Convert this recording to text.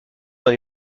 dans